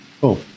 Cool